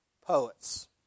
poets